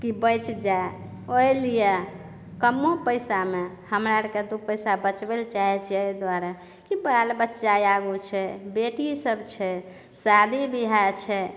कि बचि जाए ओहि लिए कमो पैसामे हमरा आरके दू पैसा बचबै लऽ चाहैत छियै एहि दुआरे कि बाल बच्चा आगू छै बेटी सब छै शादी बिआह छै